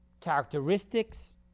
characteristics